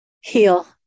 heal